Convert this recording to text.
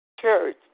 church